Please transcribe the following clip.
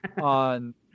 on